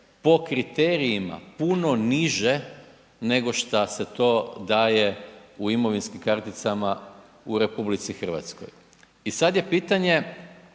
po kriterijima puno niže nego šta se to daje u imovinskim karticama u RH. I sad je pitanje